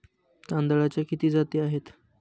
तांदळाच्या किती जाती आहेत?